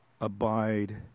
abide